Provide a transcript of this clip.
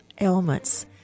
ailments